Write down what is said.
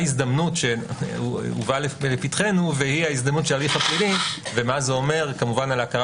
הזדמנות שהובאה לפתחנו והיא זו של ההליך הפלילי ומה זה אומר על ההכרה